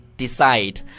Decide